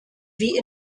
wie